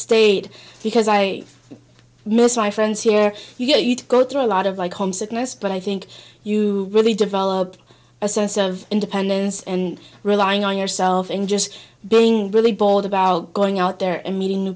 stayed because i missed my friends here you know you'd go through a lot of like homesickness but i think you really develop assess of independence and relying on yourself and just being really bold about going out there and meeting